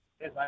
Yes